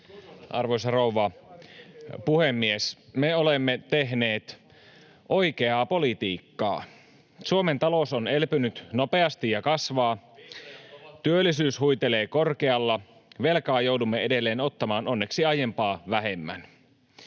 Arvoisa rouva puhemies! Me olemme tehneet oikeaa politiikkaa. Suomen talous on elpynyt nopeasti ja kasvaa. [Vilhelm Junnila: Vihreät ovat samaa mieltä!] Työllisyys huitelee korkealla. Velkaa joudumme edelleen ottamaan, onneksi aiempaa vähemmän.